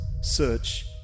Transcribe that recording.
Search